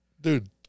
dude